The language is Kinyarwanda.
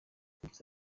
yagize